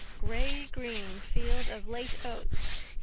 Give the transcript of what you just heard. gray-green field of late oats,